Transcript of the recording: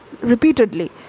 repeatedly